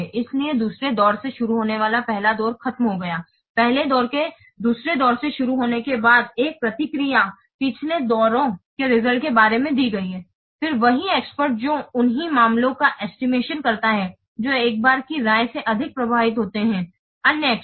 इसलिए दूसरे दौर से शुरू होने वाला पहला दौर खत्म हो गया है पहले दौर के दूसरे दौर से शुरू होने के बाद एक प्रतिक्रिया पिछले दौरों के रिजल्ट के बारे में दी गई है फिर वही एक्सपर्ट्स जो उन्हीं मामलों का एस्टिमेशन करता है जो एक बार की राय से अधिक प्रभावित होते हैं अन्य experts